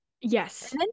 yes